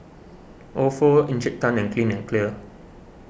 Ofo Encik Tan and Clean and Clear